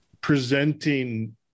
presenting